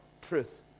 truth